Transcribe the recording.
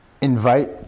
invite